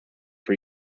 for